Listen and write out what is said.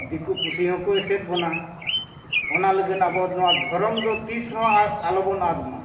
ᱫᱤᱠᱩ ᱯᱩᱥᱤ ᱦᱚᱸᱠᱚ ᱮᱥᱮᱫ ᱵᱚᱱᱟ ᱚᱱᱟ ᱞᱟᱹᱜᱤᱫ ᱟᱵᱚ ᱱᱚᱣᱟ ᱫᱷᱚᱨᱚᱢ ᱫᱚ ᱛᱤᱥ ᱨᱮᱦᱚᱸ ᱟᱞᱚᱵᱚᱱ ᱟᱫᱽᱢᱟ